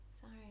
Sorry